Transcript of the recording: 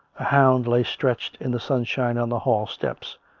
hound lay stretched in the sunshine on the hall steps,